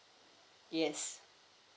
yes